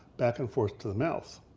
back and forth to the mouth.